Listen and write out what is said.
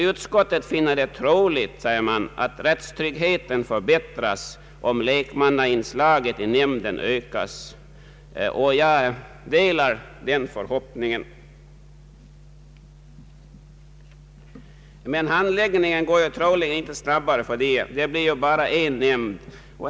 Utskottet finner det troligt att rättssäkerheten förbättras om lekmannainslaget i nämnden ökas. Jag delar den förhoppningen men handläggningen går troligen inte snabbare för det, det blir ju ändå bara en nämnd.